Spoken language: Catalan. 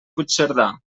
puigcerdà